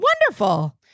Wonderful